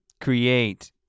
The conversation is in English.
create